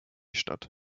statt